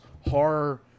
horror